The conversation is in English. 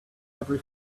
every